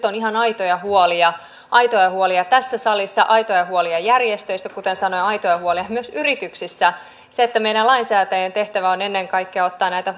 on ihan aitoja huolia aitoja huolia tässä salissa aitoja huolia järjestöissä kuten sanoin ja aitoja huolia myös yrityksissä se että meidän lainsäätäjien tehtävä on ennen kaikkea ottaa näitä